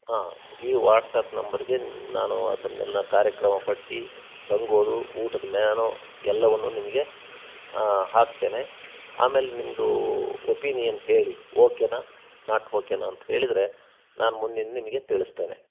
ಹಾಂ ಈ ವಾಟ್ಸ್ಆ್ಯಪ್ ನಂಬರ್ಗೆ ನಾನು ಅದನ್ನೆಲ್ಲ ಕಾರ್ಯಕ್ರಮ ಪಟ್ಟಿ ತಂಗೋದು ಊಟದ ಮ್ಯಾನು ಎಲ್ಲವನ್ನು ನಿಮಗೆ ಹಾಕ್ತೇನೆ ಆಮೇಲೆ ನಿಮ್ಮದೂ ಒಪಿನಿಯನ್ ಹೇಳಿ ಓಕೆನ ನಾಟ್ ಓಕೆನ ಅಂತ್ಹೇಳಿದರೆ ನಾನು ಮುಂದಿಂದು ನಿಮಗೆ ತಿಳಿಸ್ತೇನೆ